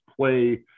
play